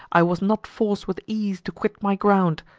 i was not forc'd with ease to quit my ground.